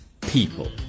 people